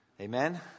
Amen